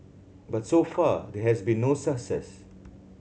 but so far there has been no success